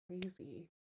crazy